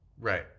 Right